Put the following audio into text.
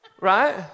Right